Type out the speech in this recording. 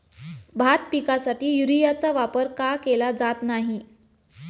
भात पिकासाठी युरियाचा वापर का केला जात नाही?